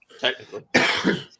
technically